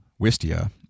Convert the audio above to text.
Wistia